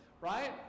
right